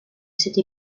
cette